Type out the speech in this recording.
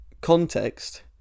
context